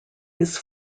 his